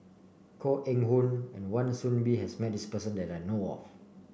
Koh Eng Hoon and Wan Soon Bee has met this person that I know of